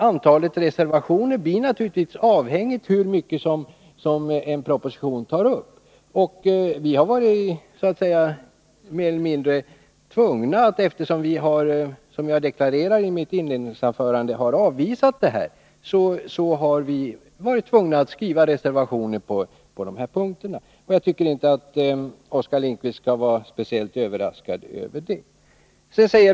Antalet reservationer blir naturligtvis avhängigt av hur mycket som tas upp i en proposition. Eftersom vi, som jag deklarerade i mitt inledningsanförande, avvisar utskottets förslag, har vi varit tvungna att avge ett antal reservationer på olika punkter. Jag tycker inte att Oskar Lindkvist har anledning att vara speciellt överraskad över det.